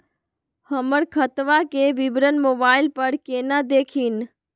हमर खतवा के विवरण मोबाईल पर केना देखिन?